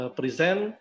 present